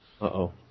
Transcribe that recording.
Uh-oh